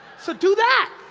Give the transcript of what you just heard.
so do that!